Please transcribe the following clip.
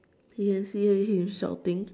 he can see that he is shouting